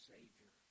Savior